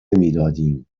میدادیم